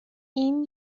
این